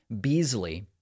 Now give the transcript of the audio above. Beasley